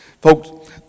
Folks